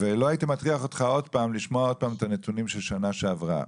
לא הייתי מטריח אותך לשמוע עוד פעם את הנתונים של שנה שעברה.